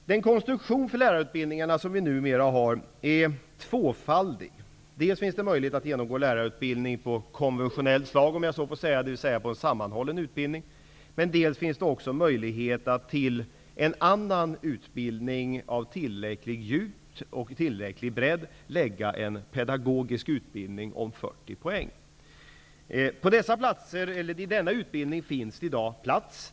Den konstruktion för lärarutbildningarna som vi numera har är tvåfaldig. Dels finns det möjlighet att genomgå lärarutbildning av så att säga konventionellt slag, dvs. en sammanhållen utbildning, dels finns det möjlighet att till en annan utbildning av tillräckligt djup och tillräcklig bredd lägga en pedagogisk utbildning om 40 poäng. I denna utbildning finns det i dag plats.